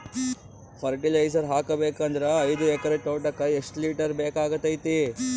Fertiliser ಹಾಕಬೇಕು ಅಂದ್ರ ಐದು ಎಕರೆ ತೋಟಕ ಎಷ್ಟ ಲೀಟರ್ ಬೇಕಾಗತೈತಿ?